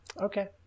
Okay